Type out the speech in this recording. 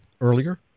earlier